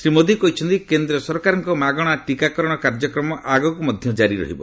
ସେ କହିଛନ୍ତି କେନ୍ଦ୍ର ସରକାରଙ୍କ ମାଗଣା ଟିକାକରଣ କାର୍ଯ୍ୟକ୍ରମ ଆଗକୁ ମଧ୍ୟ ଜାରି ରହିବ